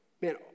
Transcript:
Man